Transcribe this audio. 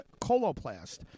Coloplast